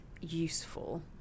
useful